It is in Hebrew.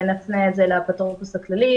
ונפנה את זה לאפוטרופוס הכללי,